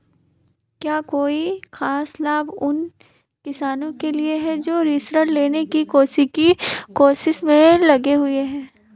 क्या कोई खास लाभ उन किसानों के लिए हैं जो ऋृण लेने की कोशिश में लगे हुए हैं?